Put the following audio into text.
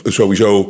sowieso